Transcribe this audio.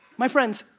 my friends,